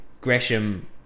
Gresham